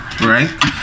right